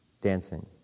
Dancing